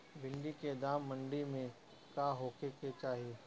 भिन्डी के दाम मंडी मे का होखे के चाही?